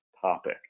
topic